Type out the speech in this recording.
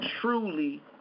truly